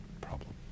problem